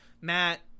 matt